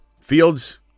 Fields